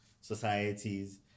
societies